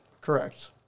Correct